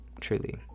truly